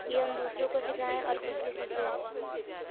یہ ہم دوسروں کو سکھائیں اور خود بھی سیکھیں